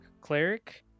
Cleric